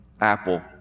apple